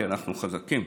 כי אנחנו חזקים.